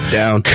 down